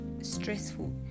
stressful